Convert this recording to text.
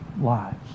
lives